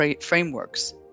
frameworks